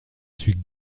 suis